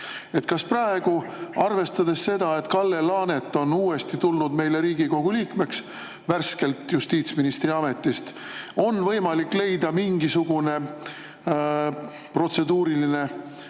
Kas praegu, arvestades seda, et Kalle Laanet on värskelt tulnud uuesti Riigikogu liikmeks justiitsministri ametist, on võimalik leida mingisugune protseduuriline lahendus